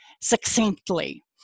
succinctly